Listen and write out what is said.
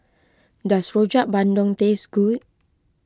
does Rojak Bandung taste good